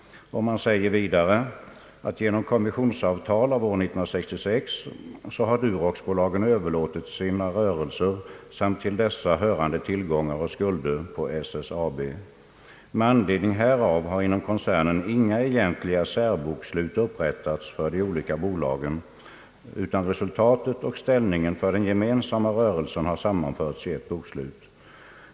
Man kan vidare läsa: »Genom kommissionsavtal av år 1966 har Duroxbolagen överlåtit sina rörelser samt till dessa hörande tillgångar och skulder på SSAB. Med anledning härav har inom koncernen inga egentliga särbokslut upprättats för de olika bolagen utan resultatet och ställningen för den gemensamma rörelsen har sammanförts i ett bokslut.